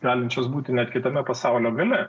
galinčias būti net kitame pasaulio gale